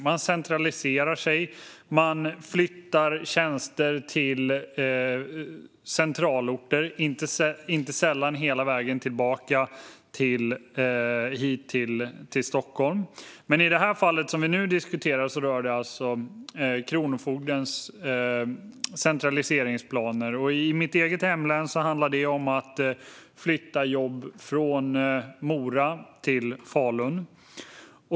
Man centraliserar. Man flyttar tjänster till centralorter, inte sällan hela vägen hit till Stockholm. Det fall som vi nu diskuterar rör alltså Kronofogdens centraliseringsplaner. I mitt eget hemlän handlar det om att flytta jobb från Mora till Falun.